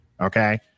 Okay